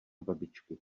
babičky